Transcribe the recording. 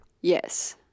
Yes